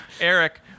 Eric